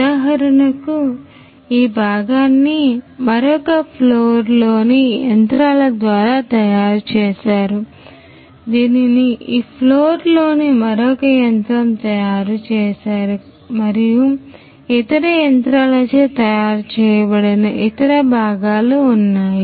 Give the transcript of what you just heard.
ఉదాహరణకు ఈ భాగాన్ని మరొకఫ్లోర్లోని యంత్రాల ద్వారా తయారు చేశారు దీనిని ఈ ఫ్లోర్లోని మరొక యంత్రం తయారు చేశారు మరియు ఇతర యంత్రాలచే తయారు చేయబడిన ఇతర భాగాలు ఉన్నాయి